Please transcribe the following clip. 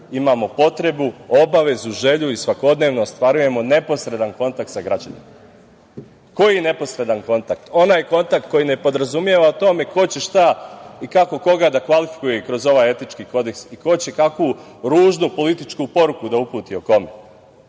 imamo potrebu, obavezu, želju i svakodnevno ostvarujemo neposredan kontakt sa građanima. Koji je neposredan kontakt? Onaj kontakt koji ne podrazumeva o tome ko će šta i kako koga da kvalifikuje kroz ovaj etički kodeks i ko će kakvu ružnu političku poruku da uputi o kome,